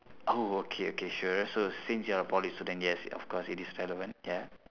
oh okay okay sure so since you are a poly student yes of course it is relevant ya